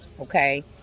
Okay